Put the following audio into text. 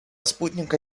спутника